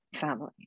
family